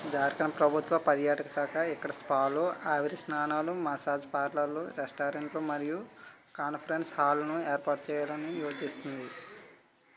జార్ఖండ్ ప్రభుత్వ పర్యాటక శాఖ ఇక్కడ స్పాలు ఆవిరి స్నానాలు మసాజ్ పార్లర్లు రెస్టారెంట్లు మరియు కాన్ఫరెన్స్ హాల్లను ఏర్పాటు చేయాలని యోచిస్తోంది